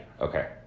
Okay